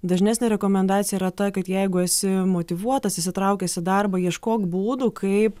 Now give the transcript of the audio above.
dažnesnė rekomendacija yra ta kad jeigu esi motyvuotas įsitraukęs į darbą ieškok būdų kaip